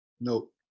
Nope